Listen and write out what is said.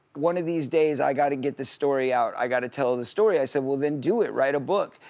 one of these days i gotta get the story out. i gotta tell the story. i said, well then do it, write a book.